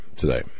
today